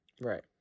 right